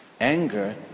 Anger